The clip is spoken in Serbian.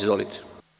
Izvolite.